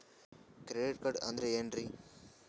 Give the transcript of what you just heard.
Credit card ಅಂದ್ರ ಏನ್ರೀ?